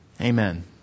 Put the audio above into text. Amen